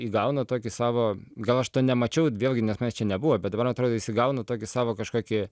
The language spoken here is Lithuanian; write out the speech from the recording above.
įgauna tokį savo gal aš to nemačiau vėlgi nes manęs čia nebuvo bet dabar atrodo jis įgauna tokį savo kažkokį